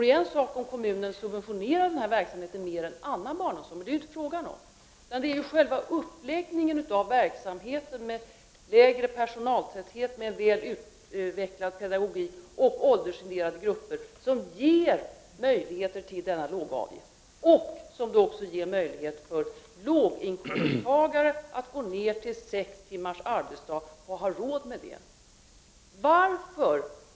Det vore en sak om kommunen subventionerade den här verksamheten 21 november 1989 mer än annan barnomsorg, men det är inte fråga om detta. SENT RE EE Det är själva uppläggningen av verksamheten med lägre personaltäthet, väl utvecklad pedagogik och åldersindelade grupper som ger möjlighet till dessa låga avgifter och som också ger möjlighet för låginkomsttagare att gå ner till sex timmars arbetsdag och ha råd med detta.